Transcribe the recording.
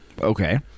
okay